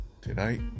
tonight